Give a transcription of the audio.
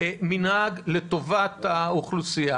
מנהג לטובת האוכלוסייה.